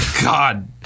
God